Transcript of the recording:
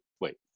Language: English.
wait